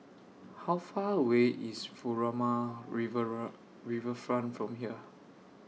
How Far away IS Furama Riverfront from here